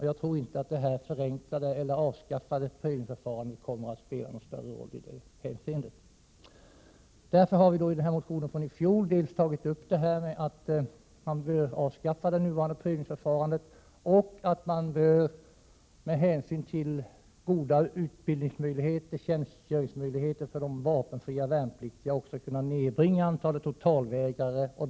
Jag tror inte att frånvaron av prövningsförfarandet kommer att spela någon större roll i det hänseendet. Därför har vi i motionen från i fjol föreslagit att det nuvarande prövningsförfarandet avskaffas. Bättre utbildningsmöjligheter och tjänstgöringsmöjligheter för de vapenfria värnpliktiga bör kunna nedbringa antalet totalvägrare.